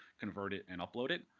convert it, and upload it.